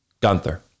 Gunther